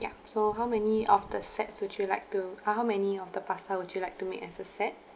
ya so how many of the sets would you like to uh how many of the pasta would you like to make as a set